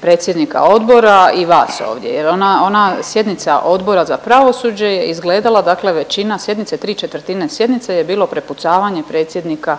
predsjednika odbora i vas ovdje, jer ona sjednica Odbora za pravosuđe je izgledala, dakle većina sjednice, tri četvrtine sjednice je bilo prepucavanje predsjednika